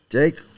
Jake